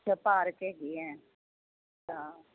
ਅੱਛਾ ਪਾਰਕ ਹੈਗੇ ਹੈ ਅੱਛਾ